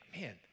Man